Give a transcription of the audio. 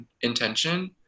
intention